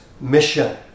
mission